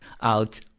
out